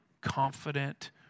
confident